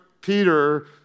Peter